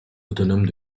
autonome